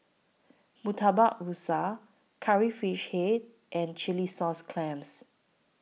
Murtabak Rusa Curry Fish Head and Chilli Sauce Clams